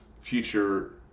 future